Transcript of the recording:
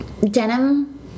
denim